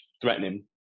threatening